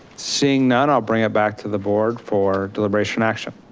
seeing none, i'll bring it back to the board for deliberation action.